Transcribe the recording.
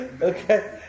Okay